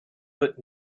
but